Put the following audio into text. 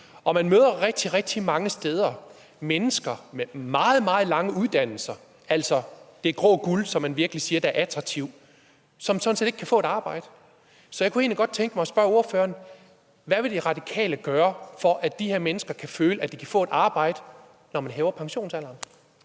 og man møder rigtig, rigtig mange steder mennesker med meget, meget lange uddannelser, altså det grå guld, som man siger virkelig er attraktivt, men som sådan set ikke kan få et arbejde. Så jeg kunne godt tænke mig at spørge ordførere: Hvad vil De Radikale gøre, for at de her mennesker kan føle, at de kan få et arbejde, når man hæver pensionsalderen?